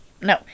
No